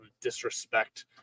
disrespect